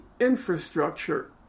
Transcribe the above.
infrastructure